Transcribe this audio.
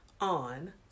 on